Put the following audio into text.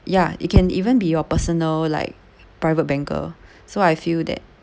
ya it can even be your personal like private banker so I feel that